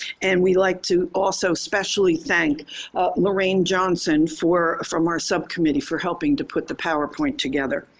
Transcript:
and we like to also especially thank lorraine johnson for from our subcommittee for helping to put the powerpoint together.